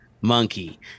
monkey